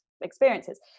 experiences